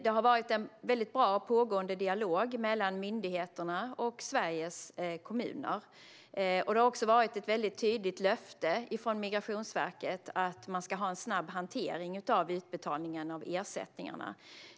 Det pågår en bra dialog mellan myndigheterna och Sveriges kommuner, och det är ett tydligt löfte från Migrationsverket att man ska ha en snabb hantering av utbetalningarna av ersättningarna.